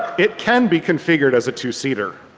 it can be configured as a two-seater.